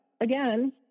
again